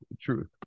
truth